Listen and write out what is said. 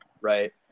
Right